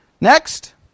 Next